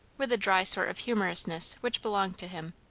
with a dry sort of humourousness which belonged to him,